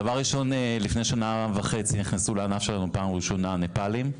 לפני שנה וחצי נכנסו בפעם הראשונה לענף שלנו הנפאלים.